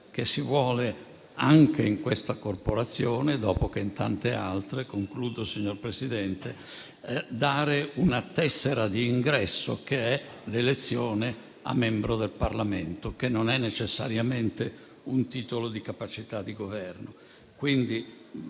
che si vuole anche in questa corporazione, dopo che in tante altre, dare una tessera di ingresso che è l'elezione a membro del Parlamento, che non è necessariamente un titolo di capacità di governo.